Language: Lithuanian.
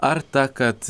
ar ta kad